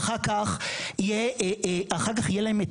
ואחר כך יהיה להם,